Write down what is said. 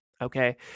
Okay